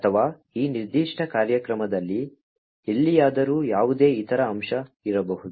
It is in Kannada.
ಅಥವಾ ಈ ನಿರ್ದಿಷ್ಟ ಕಾರ್ಯಕ್ರಮದಲ್ಲಿ ಎಲ್ಲಿಯಾದರೂ ಯಾವುದೇ ಇತರ ಅಂಶ ಇರಬಹುದು